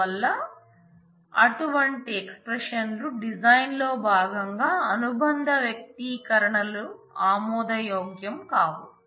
అందువల్ల అటువంటి expression లు డిజైన్ లో భాగంగా అనుబంధ వ్యక్తీకరణలు ఆమోదయోగ్యం కావు